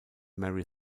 mary